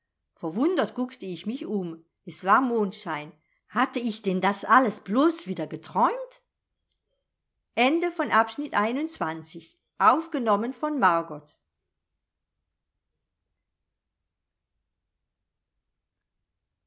verwundert guckte ich mich um es war mondschein hatte ich denn das alles blos wieder geträumt